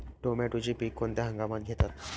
टोमॅटोचे पीक कोणत्या हंगामात घेतात?